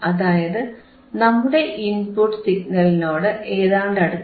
അതായത് നമ്മുടെ ഇൻപുട്ട് സിഗ്നലിനോട് ഏതാണ്ട് അടുത്ത്